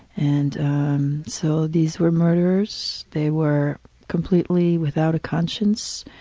and um so these were murderers. they were completely without a conscience.